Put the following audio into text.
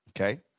Okay